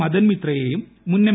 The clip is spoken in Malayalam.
മദൻ മിത്രയേയും മുൻ എം